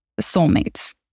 Soulmates